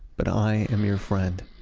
but i am your friend.